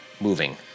Moving